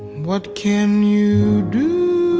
what can you do?